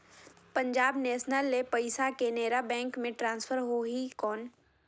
Punjab national ले पइसा Canara bank मे ट्रांसफर होहि कौन?